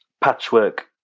Patchwork